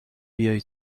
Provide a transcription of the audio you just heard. بیای